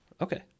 Okay